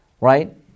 right